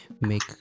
make